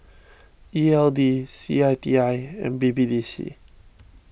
E L D C I T I and B B D C